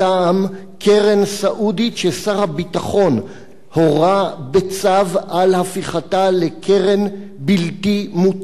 קרן סעודית ששר הביטחון הורה בצו על הפיכתה לקרן בלתי מותרת,